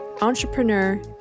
entrepreneur